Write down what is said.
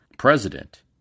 President